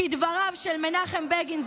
כדבריו של מנחם בגין,